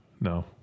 No